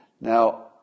Now